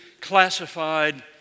classified